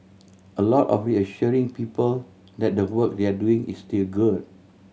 a lot of reassuring people that the work they're doing is still good